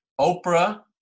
Oprah